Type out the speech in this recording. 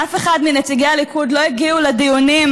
אף אחד מנציגי הליכוד לא הגיע לדיונים.